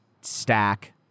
stack